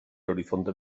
horizonte